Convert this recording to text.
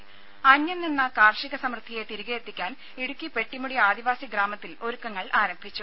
രുമ അന്യം നിന്ന കാർഷിക സമൃദ്ധിയെ തിരികെയെത്തിക്കാൻ ഇടുക്കി പെട്ടിമുടി ആദിവാസി ഗ്രാമത്തിൽ ഒരുക്കങ്ങൾ ആരംഭിച്ചു